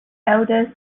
eldest